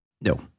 No